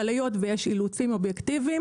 היות ויש אילוצים אובייקטיביים